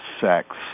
sex